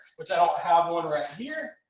which i don't have one right here.